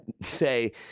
say